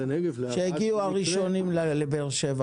כשהגיעו המרצים הראשונים לבאר שבע